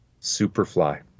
Superfly